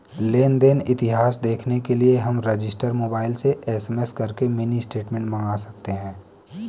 लेन देन इतिहास देखने के लिए हम रजिस्टर मोबाइल से एस.एम.एस करके मिनी स्टेटमेंट मंगा सकते है